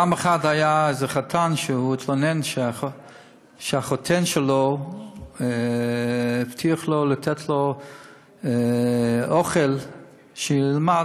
פעם אחת היה איזה חתן שהתלונן שהחותן שלו הבטיח לתת לו אוכל כדי שילמד,